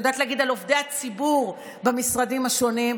אני יודעת להגיד על עובדי הציבור במשרדים השונים,